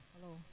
Hello